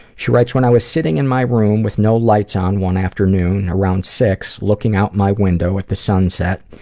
she writes, when i was sitting in my room with no lights on one afternoon, around six, looking out my window at the sunset,